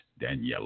daniela